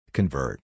Convert